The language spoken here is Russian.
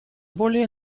более